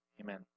Amen